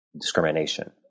discrimination